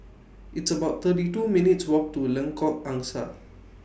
It's about thirty two minutes' Walk to Lengkok Angsa